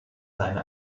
seine